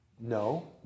No